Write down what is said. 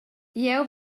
jeu